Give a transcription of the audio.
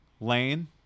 Lane